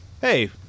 hey